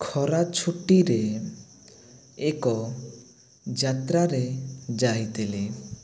ଖରା ଛୁଟିରେ ଏକ ଯାତ୍ରାରେ ଯାଇଥିଲି